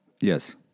Yes